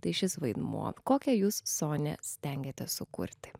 tai šis vaidmuo kokią jūs sonę stengiatės sukurti